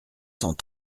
cent